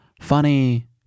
Funny